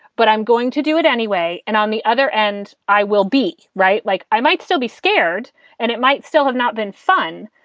but i'm going to do it anyway. and on the other end, i will be right. like i might still be scared and it might still have not been fun.